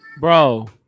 Bro